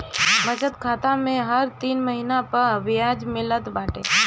बचत खाता में हर तीन महिना पअ बियाज मिलत बाटे